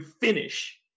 finish